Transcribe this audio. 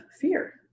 fear